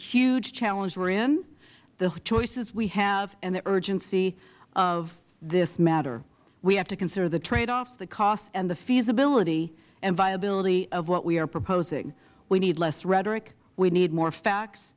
huge challenge we are in the choices we have and the urgency of this matter we have to consider the tradeoffs the costs and the feasibility and viability of what we are proposing we need less rhetoric we need more facts